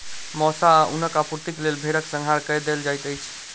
मौस आ ऊनक आपूर्तिक लेल भेड़क संहार कय देल जाइत अछि